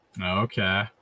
okay